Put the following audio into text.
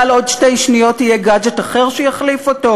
עוד שתי שניות יהיה גאדג'ט אחר שיחליף אותו?